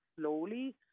slowly